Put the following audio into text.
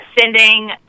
sending